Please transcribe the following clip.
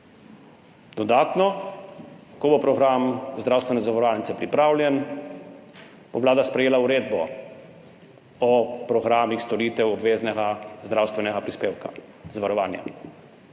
Dodatno, ko bo program zdravstvene zavarovalnice pripravljen, bo Vlada sprejela uredbo o programih storitev obveznega zdravstvenega prispevka, zavarovanja.